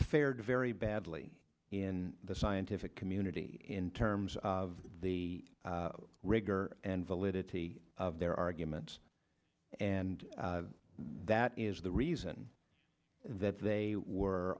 fared very badly in the scientific community in terms of the rigor and validity of their arguments and that is the reason that they were